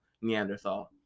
Neanderthal